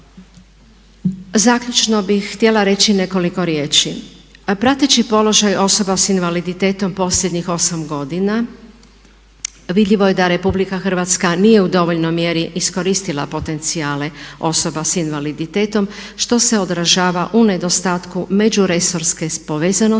Zaključno bih htjela reći nekoliko riječi. Prateći položaj osoba s invaliditetom posljednjih 8 godina vidljivo je da Republika Hrvatska nije u dovoljnoj mjeri iskoristila potencijale osoba s invaliditetom što se odražava u nedostatku međuresorne povezanosti